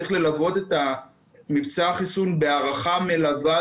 צריך ללוות את מבצע החיסון בהערכה מלווה,